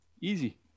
Easy